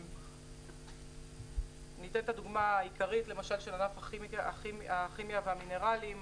אתן דוגמה עיקרית, ענף הכימיה והמינרלים.